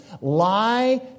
lie